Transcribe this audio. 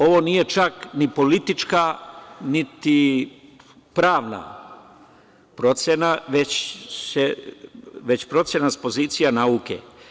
Ovo nije ni politička, niti pravna procena, već procena sa pozicije nauke.